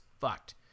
fucked